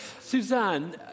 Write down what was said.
Suzanne